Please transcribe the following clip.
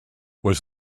was